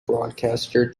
broadcaster